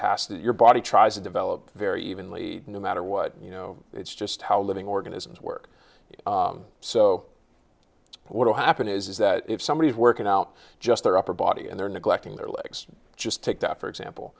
has that your body tries to develop very evenly no matter what you know it's just how living organisms work so what will happen is that if somebody is working out just their upper body and they are neglecting their legs just take that for example